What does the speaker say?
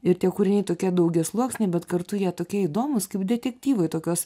ir tie kūriniai tokie daugiasluoksniai bet kartu jie tokie įdomūs kaip detektyvai tokios